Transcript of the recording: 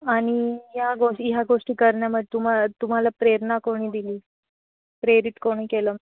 आणि या गोष् ह्या गोष्टी करण्यामध्ये तुमा तुम्हाला प्रेरणा कोणी दिली प्रेरित कोणी केलं